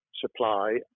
supply